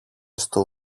στο